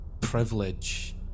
privilege